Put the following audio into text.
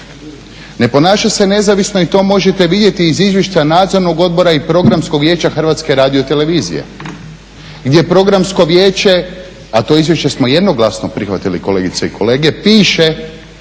Ne ponaša se nezavisno i to možete vidjeti iz izvješća Nadzornog odbora i Programskog vijeća Hrvatske radiotelevizije, gdje Programsko vijeće, a to izvješće smo jednoglasno prihvatili kolegice i kolege piše